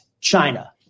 China